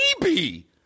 baby